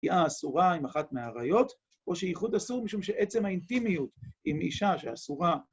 ‫ביאה אסורה עם אחת מהעריות, ‫או שייחוד אסור משום שעצם ‫האינטימיות עם אישה שאסורה...